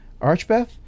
Archbeth